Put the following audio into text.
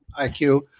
IQ